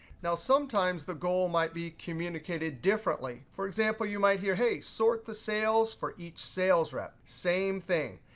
now, sometimes the goal might be communicated differently. for example, you might hear, hey, sort the sales for each sales rep. same thing.